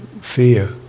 fear